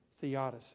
theodicy